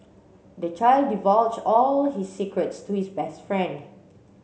the child divulge all his secrets to his best friend